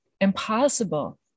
impossible